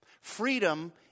Freedom